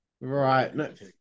Right